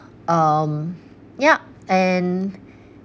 um yup and